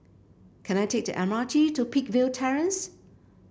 can I take the M R T to Peakville Terrace